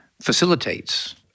facilitates